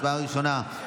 הצבעה ראשונה,